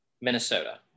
Minnesota